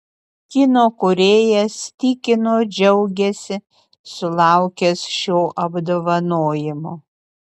kino kūrėjas tikino džiaugiasi sulaukęs šio apdovanojimo